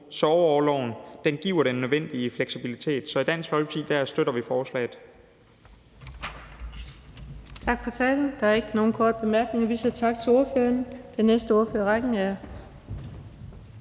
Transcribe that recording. sorgorloven, giver den nødvendige fleksibilitet. Så i Dansk Folkeparti støtter vi forslaget.